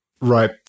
Right